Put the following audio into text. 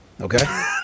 okay